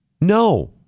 No